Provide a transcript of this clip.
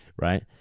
right